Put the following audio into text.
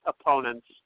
opponents